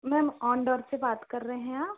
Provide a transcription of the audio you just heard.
ma'am on door से बात कर रहे हैं आप